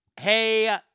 Hey